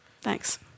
Thanks